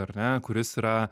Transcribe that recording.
ar ne kuris yra